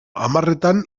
hamarretan